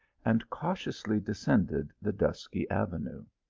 and cautiously de scended the dusky avenue.